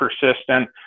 persistent